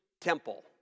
temple